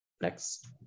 next